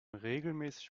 regelmäßig